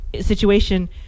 situation